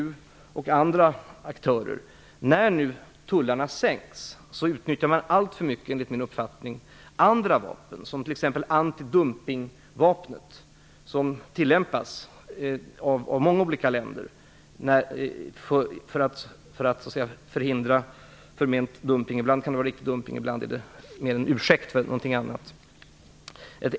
När nu tullarna sänkts utnyttjar USA, EU och andra aktörer enligt min uppfattning allför mycket andra vapen, som t.ex. antidumpingsvapnet. Det används av många olika länder för att förhindra förment dumping. Ibland kan det vara fråga om riktig dumping, ibland är det mer en ursäkt för någonting annat.